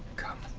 come,